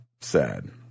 Sad